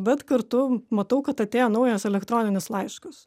bet kartu matau kad atėjo naujas elektroninis laiškas